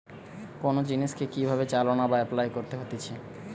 কোন জিনিসকে কি ভাবে চালনা বা এপলাই করতে হতিছে